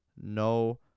no